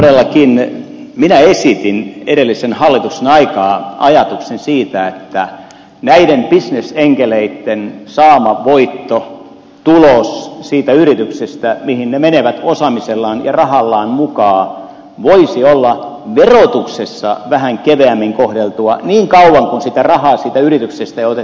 todellakin minä esitin edellisen hallituksen aikaan ajatuksen siitä että näiden bisnesenkeleitten saama voitto tulos siitä yrityksestä mihin ne menevät osaamisellaan ja rahallaan mukaan voisi olla verotuksessa vähän keveämmin kohdeltua niin kauan kuin sitä rahaa siitä yrityksestä ei ole otettu ulos